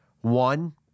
One